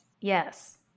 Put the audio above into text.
yes